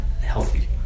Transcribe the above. healthy